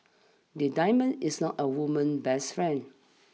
the diamond is not a woman's best friend